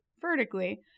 vertically